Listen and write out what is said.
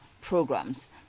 programs